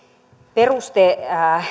peruste